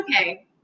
okay